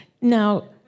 Now